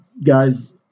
Guys